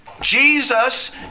Jesus